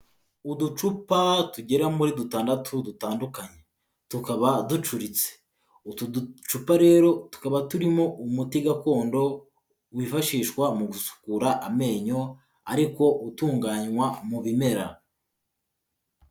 Uducupa tugera muri dutandatu dutandukanye, tukaba ducuritse, utu ducupa rero tukaba turimo umuti gakondo wifashishwa mu gusukura amenyo, ariko utunganywa mu bimera.